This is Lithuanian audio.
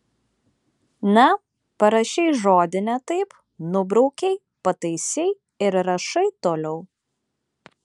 na parašei žodį ne taip nubraukei pataisei ir rašai toliau